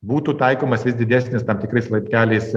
būtų taikomas vis didesnis tam tikrais laipteliais